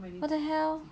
what the hell